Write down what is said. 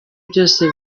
byose